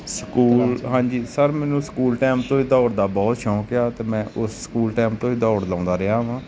school ਹਾਂਜੀ sir ਮੈਨੂੰ school time ਤੋਂ ਹੀ ਦੌੜ ਦਾ ਬਹੁਤ ਸ਼ੌਂਕ ਆ ਅਤੇ ਮੈਂ ਉਸ ਸਕੂਲ ਟਾਈਮ ਤੋਂ ਹੀ ਦੌੜ ਲਗਾਉਂਦਾ ਰਿਹਾ ਹਾਂ